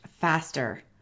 faster